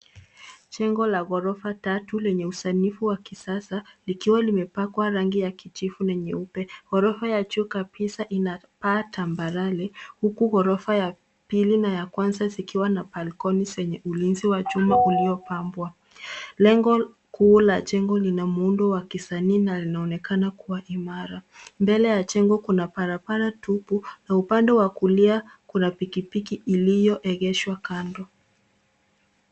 Jengo la ghorofa tatu yenye usanifu wa kisasa likiwa limepakwa rangi ya kijivu na nyeupe. Ghorofa ya juu kabisa ina paa tambarare huku ghorofa ya pili na ya kwanza zikiwa na balcony zenye ulinzi wa chuma uliopambwa. Lengo kuu la jengo lina muundo wa kisanii na linaonekana kuwa imara. Mbele ya jengo kuna barabara tupu na upande wa kulia kuna pikipiki iliyoegeshwa kando.